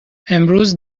امروز